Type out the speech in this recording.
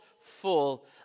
full